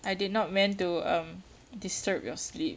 I did not meant to um disturb your sleep